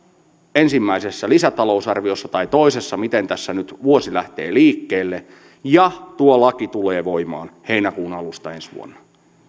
ensimmäisessä lisätalousarviossa tai toisessa miten tässä nyt vuosi lähtee liikkeelle ja tuo laki tulee voimaan heinäkuun alusta ensi vuonna